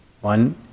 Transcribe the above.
One